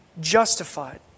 justified